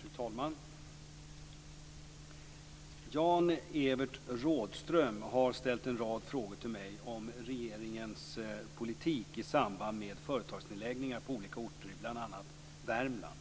Fru talman! Jan-Evert Rådhström har ställt en rad frågor till mig om regeringens politik i samband med företagsnedläggningar på olika orter i bl.a. Värmland.